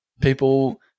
People